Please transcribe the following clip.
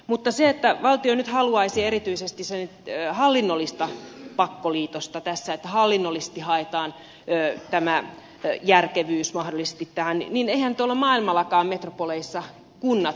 mutta se että valtio nyt haluaisi erityisesti hallinnollista pakkoliitosta tässä että hallinnollisesti haetaan tämä järkevyys mahdollisesti tähän niin eihän tuolla maailmallakaan metropoleissa kuulla